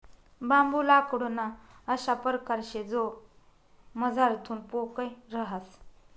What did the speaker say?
बांबू लाकूडना अशा परकार शे जो मझारथून पोकय रहास